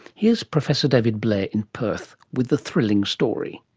here's professor david blair in perth with the thrilling story.